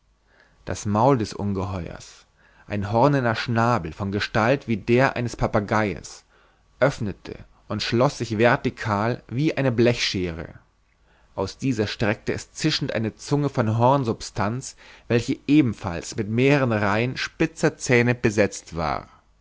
das maul des ungeheuers ein hornerner schnabel von gestalt wie der eines papageies öffnete und schloß sich vertical wie eine blechscheere aus dieser streckte es zischend eine zunge von hornsubstanz welche ebenfalls mit mehreren reihen spitzer zähne besetzt war